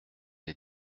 ait